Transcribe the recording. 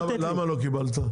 למה לא קיבלת?